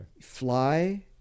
fly